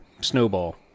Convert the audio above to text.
Snowball